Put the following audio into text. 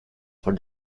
for